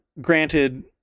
Granted